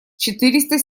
четыреста